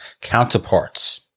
counterparts